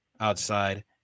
outside